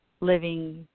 living